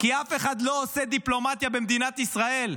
כי אף אחד לא עושה דיפלומטיה במדינת ישראל,